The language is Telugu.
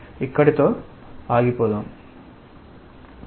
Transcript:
ఇక్కడితో ఆగిపోదాం